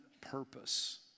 purpose